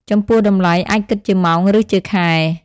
ចំពោះតម្លៃអាចគិតជាម៉ោង រឺជាខែ។